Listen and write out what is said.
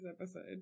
episode